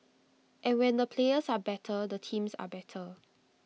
and when the players are better the teams are better